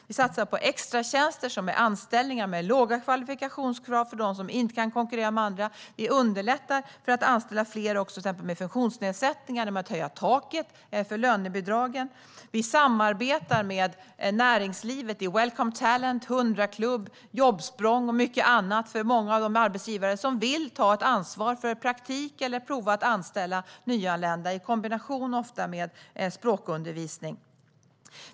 Vi satsar på extratjänster, som är anställningar med låga kvalifikationskrav för dem som inte kan konkurrera med andra. Vi underlättar för att fler med till exempel funktionsnedsättningar ska anställas genom att höja taket för lönebidragen. Vi samarbetar med näringslivet i Welcome Talent, 100-klubben, Jobbsprånget och mycket annat för många av de arbetsgivare som vill ta ett ansvar för praktik eller för att provanställa nyanlända, ofta i kombination med språkundervisning.